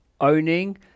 owning